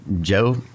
joe